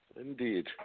Indeed